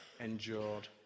endured